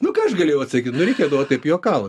nu ką aš galėjau atsakyt nu reikėdavo taip juokaut